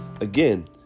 again